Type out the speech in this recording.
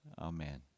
amen